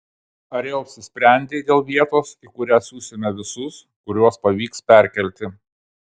ar jau apsisprendei dėl vietos į kurią siusime visus kuriuos pavyks perkelti